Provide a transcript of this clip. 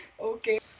Okay